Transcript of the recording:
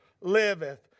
liveth